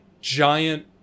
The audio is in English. giant